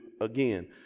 again